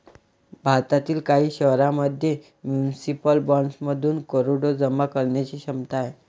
भारतातील काही शहरांमध्ये म्युनिसिपल बॉण्ड्समधून करोडो जमा करण्याची क्षमता आहे